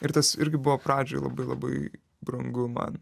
ir tas irgi buvo pradžioj labai labai brangu man